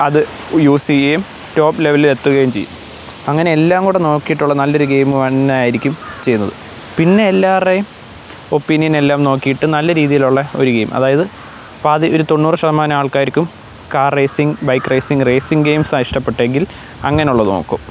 അത് യൂസ് ചെയ്യുവേം ടോപ്പ് ലെവലിൽ എത്തുകയും ചെയ്യും അങ്ങനെ എല്ലാം കൂടെ നോക്കിയിട്ടുള്ള നല്ലൊരു ഗെയിം തന്നെ ആയിരിക്കും ചെയ്യുന്നത് പിന്നെ എല്ലാവരുടെയും ഒപ്പീനിയൻ എല്ലാം നോക്കിയിട്ട് നല്ല രീതിയിലുള്ള ഒരു ഗെയിം അതായത് പാതി ഒരു തൊണ്ണൂറ് ശതമാനം ആൾക്കാർക്കും car racing bike racing racing games ആണ് ഇഷ്ടപ്പെട്ടതെങ്കിൽ അങ്ങനെയുള്ളത് നോക്കും